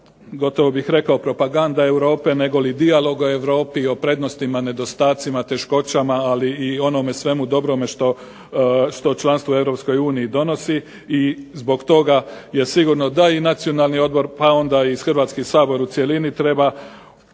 gotovo bih rekao propaganda Europe nego li dijalog o Europi i o prednostima, nedostacima, teškoćama, ali i onome svemu dobrome što članstvo u Europskoj uniji donosi i zbog toga je sigurno da i Nacionalni odbor, pa onda i Hrvatski sabor u cjelini treba